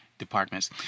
departments